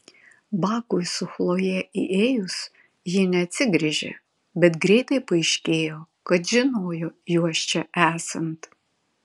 bakui su chloje įėjus ji neatsigręžė bet greitai paaiškėjo kad žinojo juos čia esant